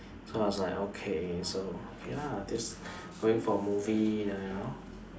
so I was like okay so okay lah just going for a movie uh you know